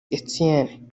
etienne